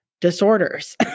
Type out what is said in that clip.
disorders